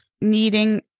needing